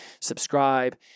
subscribe